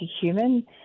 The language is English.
human